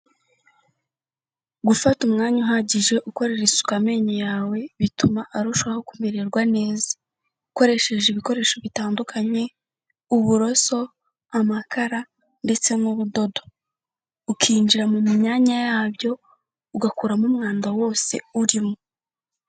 Gufata umwanya uhagije ukorera isuku amenyo yawe, bituma arushaho kumererwa neza, ukoresheje ibikoresho bitandukanye uburoso, amakara ndetse n'ubudodo, ukinjira mu myanya yabyo ugakuramo umwanda wose urimo.